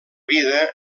vida